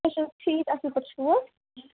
تُہۍ چھُو ٹھیٖک اَصٕل پٲٹھۍ چھُوٕ